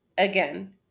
Again